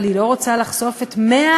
אבל היא לא רוצה לחשוף את ה-100%,